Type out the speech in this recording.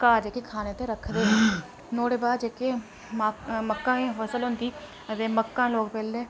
घर जेह्की खाने ताईं रखदे न नुआढ़ें बाद जेह्री मक्का फसल होंदी अदे मक्कां लोक पैह्लें